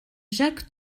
jacques